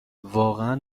واقعا